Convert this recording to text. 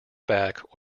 back